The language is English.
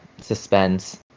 suspense